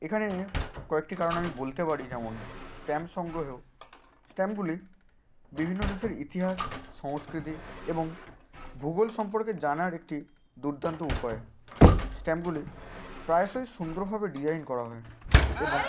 এখানে কয়েকটি কারণ আমি বলতে পারি যেমন স্ট্যাম্প সংগ্রহেও স্ট্যাম্পগুলি বিভিন্ন দেশের ইতিহাস সংস্কৃতি এবং ভূগোল সম্পর্কে জানার একটি দুর্দান্ত উপায় স্ট্যাম্পগুলি প্রায়শই সুন্দরভাবে ডিজাইন করা হয় এবং